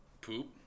Poop